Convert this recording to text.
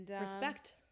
Respect